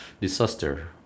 disaster